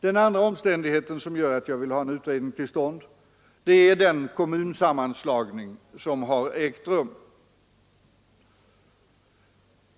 Den andra omständigheten som gör att jag vill ha en utredning till stånd är den kommunsammanslagning som ägt rum.